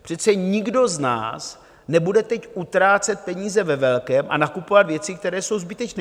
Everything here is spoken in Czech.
Přece nikdo z nás nebude teď utrácet peníze ve velkém a nakupovat věci, které jsou zbytečné.